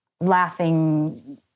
laughing